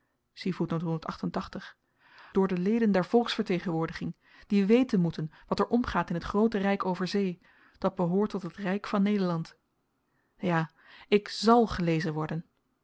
door de leden der volksvertegenwoordiging die weten moeten wat er omgaat in t groote ryk over zee dat behoort tot het ryk van nederland ja ik zal gelezen worden